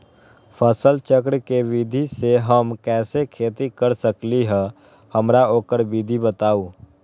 फसल चक्र के विधि से हम कैसे खेती कर सकलि ह हमरा ओकर विधि बताउ?